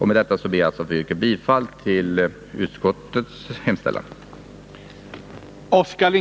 Med detta ber jag att få yrka bifall till utskottets hemställan.